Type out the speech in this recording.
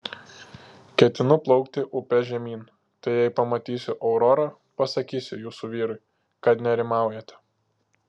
ketinu plaukti upe žemyn tai jei pamatysiu aurorą pasakysiu jūsų vyrui kad nerimaujate